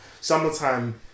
summertime